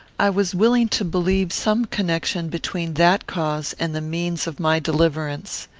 i was willing to believe some connection between that cause and the means of my deliverance.